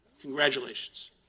Congratulations